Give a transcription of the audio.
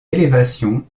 élévation